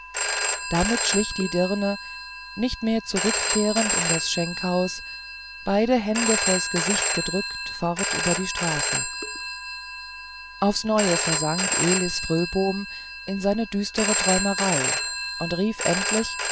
damit schlich die dirne nicht mehr zurückkehrend in das schenkhaus beide hände vors gesicht gedrückt fort über die straße aufs neue versank elis fröbom in seine düstre träumerei und rief endlich